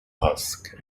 husk